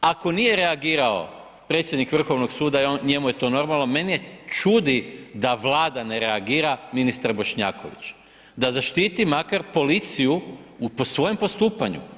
Ako nije reagirao predsjednik Vrhovnog suda, njemu je to normalno, mene čudi da Vlada ne reagira, ministar Bošnjaković, da zaštiti makar policiju po svojem postupanju.